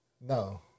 No